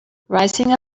rising